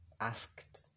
asked